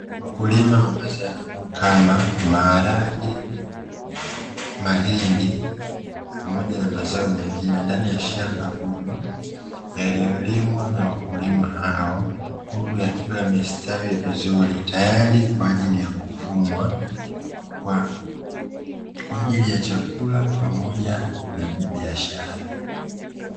Wakulima wa mazao kama maharage, mahindi, pamoja na mazao mengine ndani ya shamba kubwa; yaliyolimwa na wakulima hao, huku yakiwa yamestawi vizuri tayari kwa ajili kuvunwa, kwa ajili ya chakula pamoja na biashara.